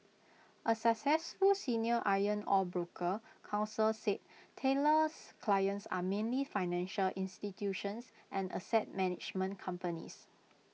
A successful senior iron ore broker counsel said Taylor's clients are mainly financial institutions and asset management companies